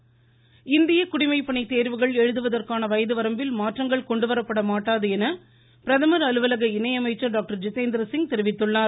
குடிமைப்பணி தேர்வு இந்திய குடிமை பணித்தேர்வுகள் எழுதுவதற்கான வயது வரம்பில் மாற்றங்கள் கொண்டுவரப்பட மாட்டாது என்று பிரதமர் அலுவலக இணை அமைச்சர் டாக்டர் ஐிதேந்திரசிங் தெரிவித்துள்ளார்